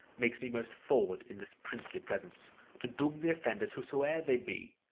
makes me most forward in this princely presence to doom the offenders whosoe'er they be.